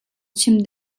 chim